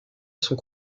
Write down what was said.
sont